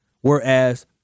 Whereas